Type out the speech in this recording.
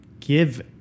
give